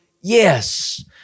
yes